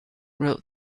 wrote